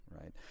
right